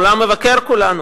העולם מבקר את כולנו.